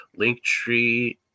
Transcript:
Linktree